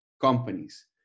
companies